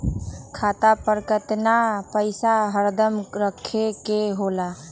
खाता पर कतेक पैसा हरदम रखखे के होला?